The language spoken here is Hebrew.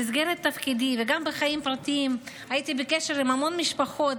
במסגרת תפקידי וגם בחיים הפרטיים הייתי בקשר עם המון משפחות